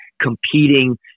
competing